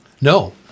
No